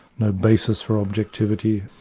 no basis for objectivity.